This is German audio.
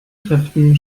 kräften